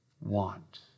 want